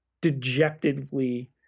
dejectedly